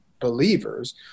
believers